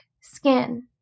skin